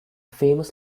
famous